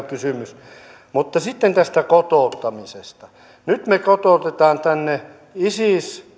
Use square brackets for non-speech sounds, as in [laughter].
[unintelligible] kysymys mutta sitten tästä kotouttamisesta nyt me kotoutamme tänne isis